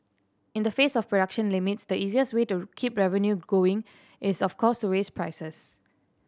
in the face of production limits the easiest way to keep revenue growing is of course raise prices